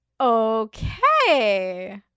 okay